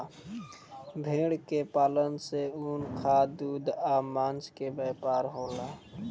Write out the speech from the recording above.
भेड़ के पालन से ऊन, खाद, दूध आ मांस के व्यापार होला